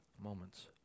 moments